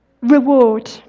reward